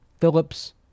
phillips